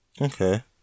Okay